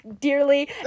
dearly